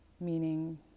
meaning